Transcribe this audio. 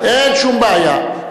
אין שום בעיה.